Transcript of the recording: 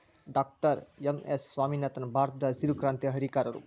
doctor M S Swaminathan ಭಾರತದಹಸಿರು ಕ್ರಾಂತಿಯ ಹರಿಕಾರರು